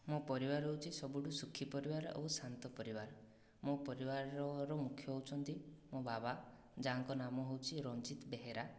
ମୋ' ପରିବାର ହେଉଛି ସବୁଠୁ ସୁଖୀ ପରିବାର ଆଉ ଶାନ୍ତ ପରିବାର ମୋ ପରିବାରର ମୁଖ୍ୟ ହେଉଛନ୍ତି ମୋ' ବାବା ଯାହାଙ୍କ ନାମ ହେଉଛି ରଞ୍ଜିତ ବେହେରା